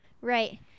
Right